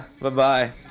Bye-bye